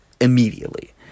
Immediately